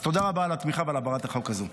אז תודה רבה על התמיכה ועל העברת החוק הזה.